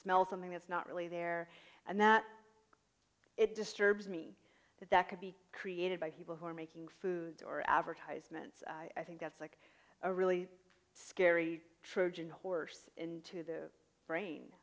smell something that's not really there and that it disturbs me that that could be created by people who are making food or advertisements i think that's like a really scary trojan horse into the brain